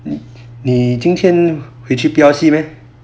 你你今天回去 P_L_C meh